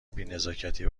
بینزاکتی